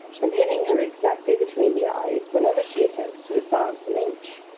and hitting her exactly between the eyes whenever she attempts to advance an inch.